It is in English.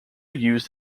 used